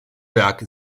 werke